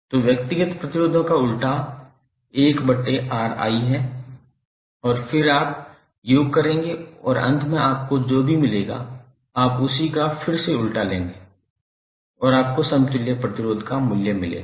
तो व्यक्तिगत प्रतिरोधों का उल्टा 1𝑅𝑖 है और फिर आप योग करेंगे और अंत में आपको जो भी मिलेगा आप उसी का फिर से उल्टा लेंगे और आपको समतुल्य प्रतिरोध का मूल्य मिलेगा